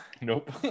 Nope